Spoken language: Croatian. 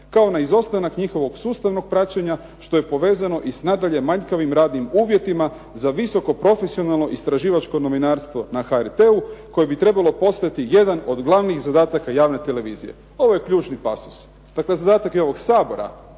kao na izostanak njihovog sustavnog praćenja što je povezano i s nadalje manjkavim radnim uvjetima za visoko, profesionalno, istraživačko novinarstvo na HRT-u koje bi trebalo postati jedan od glavnih zadataka javne televizije, ovo je ključni pasus. Dakle, zadatak je ovog Sabora,